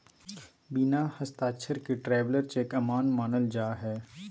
बिना हस्ताक्षर के ट्रैवलर चेक अमान्य मानल जा हय